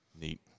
Neat